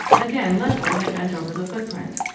again leslie had bent over the footprint.